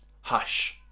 Hush